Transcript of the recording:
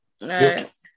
Nice